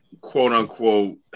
quote-unquote